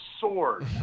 sword